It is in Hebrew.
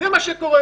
זו התוצאה.